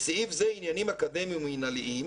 בסעיף זה עניינים אקדמיים ומינהליים,